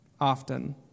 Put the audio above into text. often